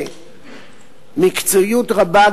במקצועיות רבה,